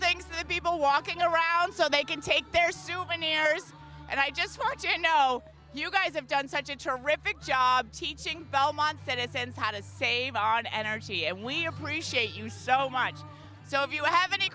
things the people walking around so they can take their souvenirs and i just want you to know you guys have done such a terrific job teaching belmont citizens how to save on energy and we appreciate you so much so if you have any